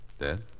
Dead